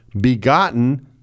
begotten